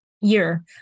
year